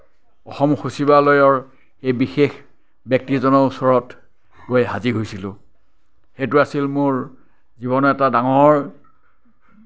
অসম সচিবালয়ৰ সেই বিশেষ ব্যক্তিজনৰ ওচৰত গৈ হাজিৰ হৈছিলোঁ সেইটো আছিল মোৰ জীৱনৰ এটা ডাঙৰ